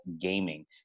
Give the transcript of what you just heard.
Gaming